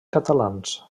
catalans